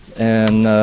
and